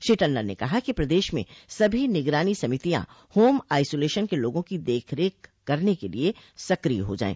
श्री टंडन ने कहा कि प्रदेश में सभी निगरानी समितियां होम आइसोलेशन के लोगों की देखरेख करने के लिए सक्रिय हो जाएं